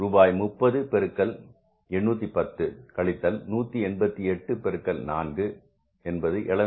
ரூபாய் 30 பெருக்கல் 810 கழித்தல் 188 பெருக்கல் 4 என்பது 752